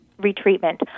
retreatment